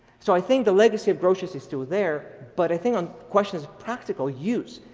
so i think the legacy of grotius is still there, but i think um question is practical use.